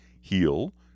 heal